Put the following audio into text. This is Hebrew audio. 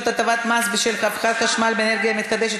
(הטבות מס בשל הפקת חשמל מאנרגיה מתחדשת,